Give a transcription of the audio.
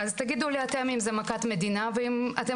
אז תגידו לי אתם אם זה מכת מדינה ואם אתם